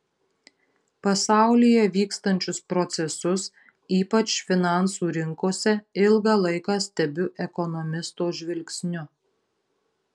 pasaulyje vykstančius procesus ypač finansų rinkose ilgą laiką stebiu ekonomisto žvilgsniu